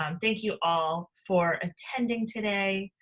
um thank you all for attending today,